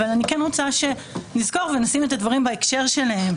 אבל אני כן רוצה שנזכור ונשים את הדברים בהקשר שלהם,